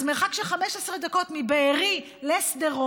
אז מרחק של 15 דקות מבארי לשדרות,